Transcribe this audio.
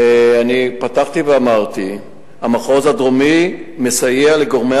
אני פתחתי ואמרתי: המחוז הדרומי מסייע לגורמי